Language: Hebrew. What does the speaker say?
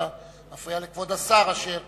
מפריע לכבוד השר, אשר